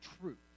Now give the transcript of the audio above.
truth